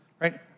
Right